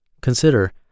Consider